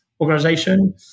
organization